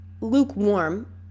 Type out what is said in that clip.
lukewarm